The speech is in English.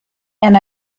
and